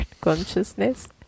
Consciousness